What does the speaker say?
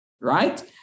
right